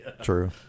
true